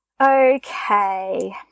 Okay